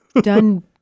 Done